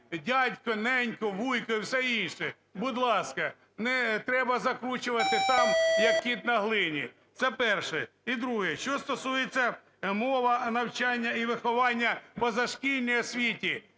"дядько", "ненько", "вуйко" і все інше. Будь ласка, не треба закручувати там "як кіт на глині". Це – перше. І друге. Що стосується "мова навчання і виховання в позашкільній освіті".